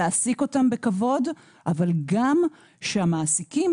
להעסיק אותן בכבוד אבל גם שהמעסיקים